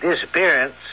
disappearance